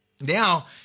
Now